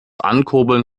ankurbeln